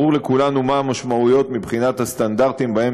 ברור לכולנו מה המשמעויות מבחינת הסטנדרטים שבהם